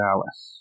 Alice